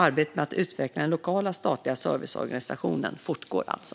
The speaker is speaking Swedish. Arbetet med att utveckla den lokala statliga serviceorganisationen fortgår alltså.